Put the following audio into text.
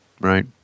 right